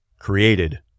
created